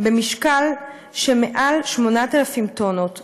במשקל שמעל 8,000 טונות,